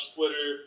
Twitter